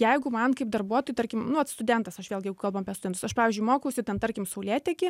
jeigu man kaip darbuotojui tarkim nu vat studentas aš vėlgi jeigu kalbam apie studentus aš pavyzdžiui mokausi ten tarkim saulėteky